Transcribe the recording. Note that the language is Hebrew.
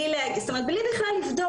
כלומר בלי בכלל לבדוק,